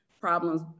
problems